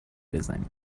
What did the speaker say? بزنی